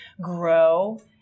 grow